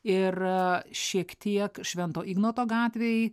ir šiek tiek švento ignoto gatvėj